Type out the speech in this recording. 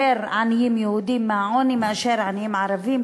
עניים יהודים מהעוני מאשר עניים ערבים,